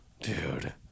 Dude